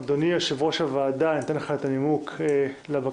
אדוני, יושב-ראש הוועדה, אתן לך את הנימוק לבקשה.